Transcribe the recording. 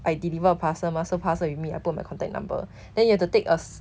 I deliver parcel mah so parcel with me I put my contact number then you have to take us